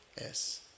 Yes